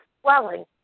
swelling